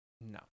No